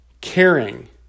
caring